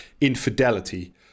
infidelity